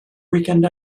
weekend